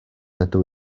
ydw